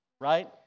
right